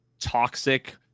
toxic